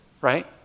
right